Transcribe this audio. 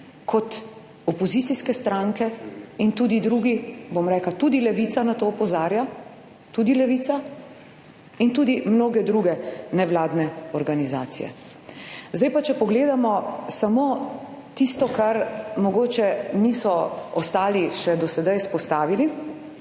kot opozicijske stranke in tudi drugi, bom rekla, tudi Levica, na to opozarja, tudi Levica in tudi mnoge druge nevladne organizacije. Zdaj pa, če pogledamo samo tisto, kar mogoče niso ostali še do sedaj izpostavili,